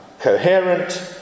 coherent